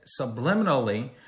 subliminally